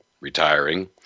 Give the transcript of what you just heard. retiring